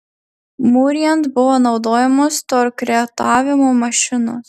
mūrijant buvo naudojamos torkretavimo mašinos